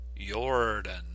Jordan